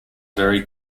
very